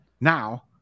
Now